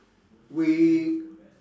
we